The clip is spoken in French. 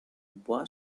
bois